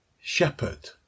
shepherd